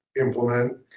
implement